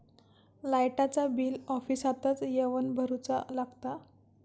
लाईटाचा बिल ऑफिसातच येवन भरुचा लागता?